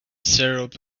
syrup